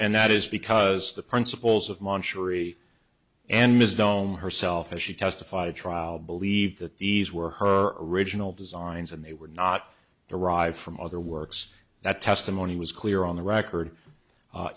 and that is because the principles of muncher e and ms gnome herself as she testified at trial believed that these were her original designs and they were not derived from other works that testimony was clear on the record